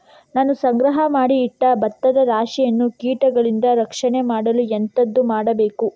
ನಾನು ಸಂಗ್ರಹ ಮಾಡಿ ಇಟ್ಟ ಭತ್ತದ ರಾಶಿಯನ್ನು ಕೀಟಗಳಿಂದ ರಕ್ಷಣೆ ಮಾಡಲು ಎಂತದು ಮಾಡಬೇಕು?